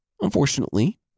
Unfortunately